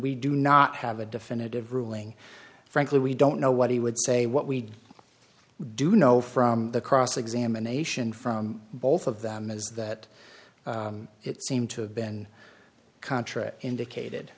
we do not have a definitive ruling frankly we don't know what he would say what we do know from the cross examination from both of them is that it seemed to have been contra indicated